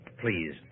Please